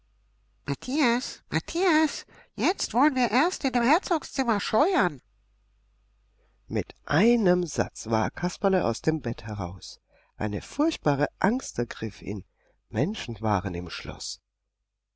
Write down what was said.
matthias matthias jetzt wollen wir erst in dem herzogszimmer scheuern mit einem satz war kasperle aus dem bett heraus eine furchtbare angst ergriff ihn menschen waren im schloß